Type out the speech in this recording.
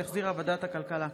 שהחזירה ועדת הכלכלה.